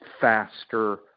faster